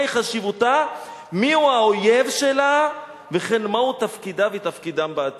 מהי חשיבותה ומיהו האויב שלה וכן מהו תפקידה ותפקידם בעתיד".